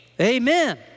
Amen